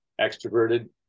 extroverted